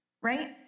right